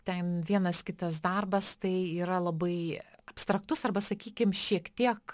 ten vienas kitas darbas tai yra labai abstraktus arba sakykim šiek tiek